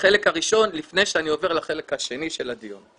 החלק הראשון, לפני שאני עובר לחלק השני של הדיון.